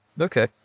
Okay